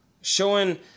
Showing